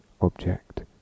object